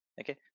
Okay